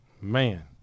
man